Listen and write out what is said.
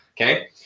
okay